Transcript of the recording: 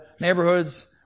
neighborhoods